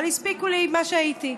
אבל הספיקו לי אלה שהייתי.